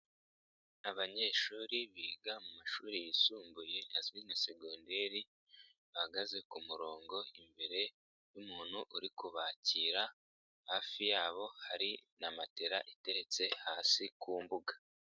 Abanyeshuri biga mu mashuri yisumbuye azwi nka segonderi bahagaze ku murongo imbere y'umuntu uri kubakira, hafi yabo hari na matera iteretse hasi ku mbuga.